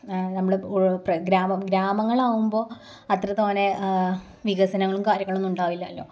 നമ്മളിപ്പോള് ഗ്രാമങ്ങളാകുമ്പോള് അത്രത്തോനെ വികസനങ്ങളും കാര്യങ്ങളൊന്നുമുണ്ടാവില്ലല്ലോ